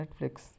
netflix